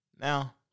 Now